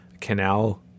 canal